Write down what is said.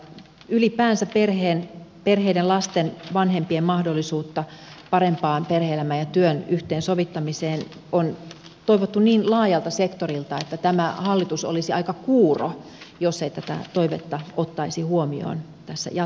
ylipäänsä perheiden lasten vanhempien mahdollisuutta parempaan perhe elämän ja työn yhteensovittamiseen on toivottu niin laajalta sektorilta että tämä hallitus olisi aika kuuro jos ei tätä toivetta ottaisi huomioon tässä jatkotyössään